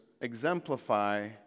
exemplify